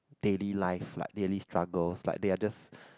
daily life like daily struggles like they are just